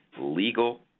legal